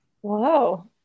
Whoa